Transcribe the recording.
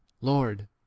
Lord